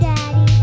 Daddy